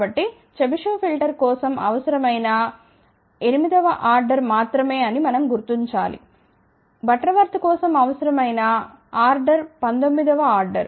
కాబట్టి Chebyshev filter కోసం అవసరమైన ఆర్డర్ 8 వ ఆర్డర్ మాత్రమే అని మనం గుర్తించాము బటర్వర్త్ కోసం అవసరమైన ఆర్డర్ 19 వ ఆర్డర్